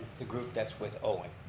the group that's with owen.